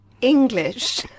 English